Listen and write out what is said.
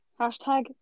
Hashtag